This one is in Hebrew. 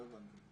לא הבנתי.